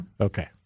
okay